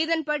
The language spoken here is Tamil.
இதன்படி